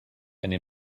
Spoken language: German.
eine